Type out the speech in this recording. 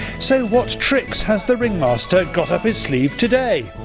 so what tricks has the ring master got up his sleeve today?